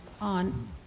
on